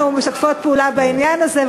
אנחנו משתפות פעולה בעניין הזה,